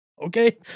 Okay